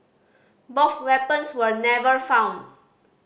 both weapons were never found